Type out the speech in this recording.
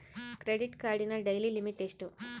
Credit ಕಾರ್ಡಿನ daily limit ಎಷ್ಟು?